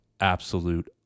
absolute